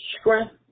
strength